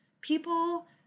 people